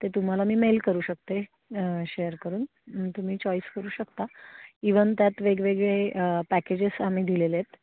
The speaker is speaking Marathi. ते तुम्हाला मी मेल करू शकते शेअर करून तुम्ही चॉईस करू शकता इवन त्यात वेगवेगळे पॅकेजेस आम्ही दिलेले आहेत